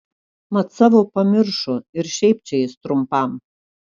mat savo pamiršo ir šiaip čia jis trumpam